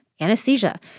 anesthesia